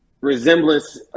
resemblance